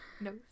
no